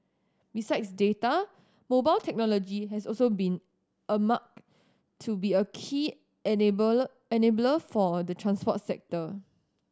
besides data mobile technology has also been earmarked to be a key enabler enabler for the transport sector